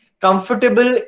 comfortable